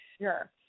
sure